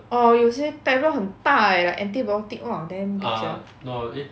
orh 有些 tablet 很大 eh like antibiotic one of them big sia